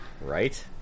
Right